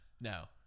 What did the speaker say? no